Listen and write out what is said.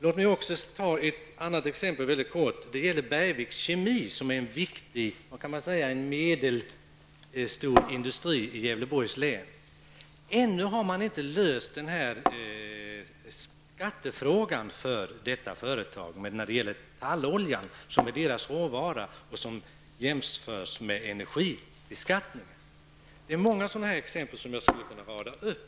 Låt mig även helt kort nämna ett annat exempel som gäller Bergviks Kemi, som är en viktig och medelstor industri i Gävleborgs län. Ännu har man inte löst skattefrågan för detta företag när det gäller talloljan som är företagets råvara. Beskattningen när det gäller denna produkt jämförs med beskattningen på energi. Det finns många exempel som jag skulle kunna rada upp.